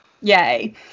Yay